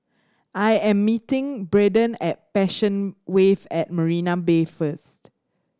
I am meeting Braden at Passion Wave at Marina Bay first